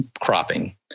cropping